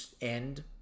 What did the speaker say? end